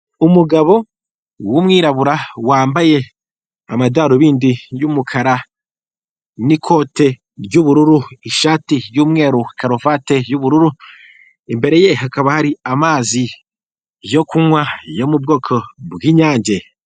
Umugabo, w'umwirabura, wambaye amadarubindi y'umukara, ikote ry'ubururu, ishati y'umweru, karuvate y'ubururu, imbere ye hakaba hari amazi yo kunywa, yo mu bwoko bw'inyange.